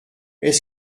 est